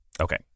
Okay